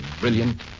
brilliant